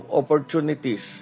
opportunities